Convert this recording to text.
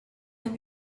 and